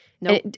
No